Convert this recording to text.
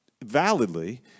validly